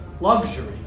luxury